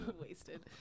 wasted